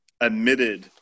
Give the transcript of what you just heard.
admitted